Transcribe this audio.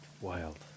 wild